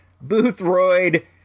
Boothroyd